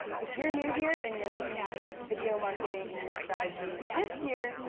if you're new here and you're looking to use video marketing in your strategy this year,